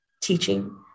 teaching